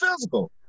physical